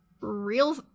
real